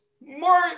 more